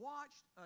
Watched